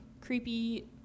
Creepy